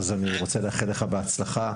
ואני רוצה לאחל לך בהצלחה,